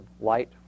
light